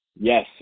yes